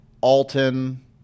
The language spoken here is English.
Alton